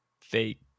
fake